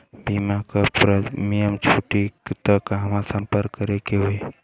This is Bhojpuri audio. बीमा क प्रीमियम टूटी त कहवा सम्पर्क करें के होई?